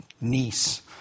niece